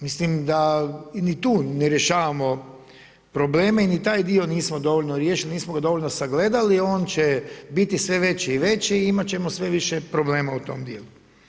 Mislim da ni tu ne rješavamo probleme i ni taj dio nismo dovoljno riješili, nismo ga dovoljno sagledali, on će biti sve veći i veći i imati ćemo sve više problema u tom dijelu.